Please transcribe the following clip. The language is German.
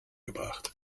gebracht